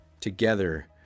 together